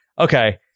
Okay